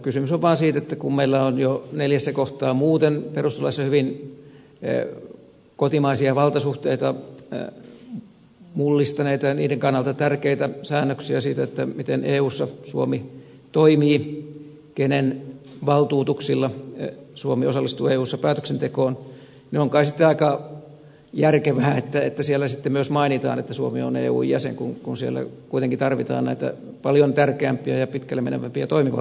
kysymys on vaan siitä että kun meillä on jo neljässä kohtaa muuten perustuslaissa hyvin kotimaisia valtasuhteita mullistaneita ja niiden kannalta tärkeitä säännöksiä siitä miten eussa suomi toimii kenen valtuutuksilla suomi osallistuu eussa päätöksentekoon niin on kai sitten aika järkevää että siellä myös mainitaan että suomi on eun jäsen kun siellä kuitenkin tarvitaan näitä paljon tärkeämpiä ja pidemmälle meneviä toimivaltasäännöksiä